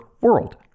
world